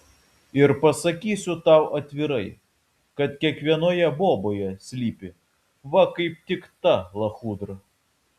ir pasakysiu tau atvirai kad kiekvienoje boboje slypi va kaip tik ta lachudra